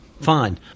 fine